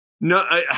No